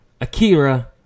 Akira